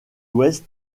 ouest